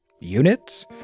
units